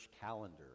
calendar